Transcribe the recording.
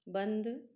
बंद